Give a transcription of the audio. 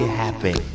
happy